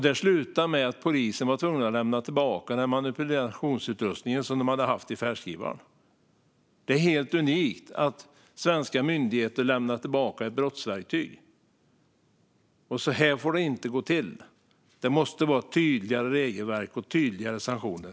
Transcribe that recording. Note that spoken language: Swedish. Det slutade med att polisen var tvungen att lämna tillbaka den manipulationsutrustningen som man hade haft i färdskrivaren. Det är helt unikt att svenska myndigheter lämnar tillbaka ett brottsverktyg. Så får det inte gå till. Det måste vara tydligare regelverk och tydligare sanktioner.